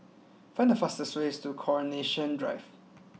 find the fastest way to Coronation Drive